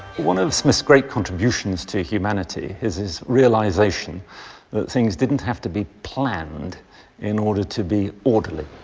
one of smith's great contributions to humanity is his realization that things didn't have to be planned in order to be orderly.